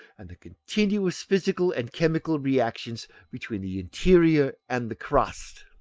and the continuous physical and chemical reactions between the interior and the crust.